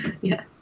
Yes